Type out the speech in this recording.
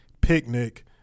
picnic